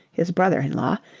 his brother-in-law,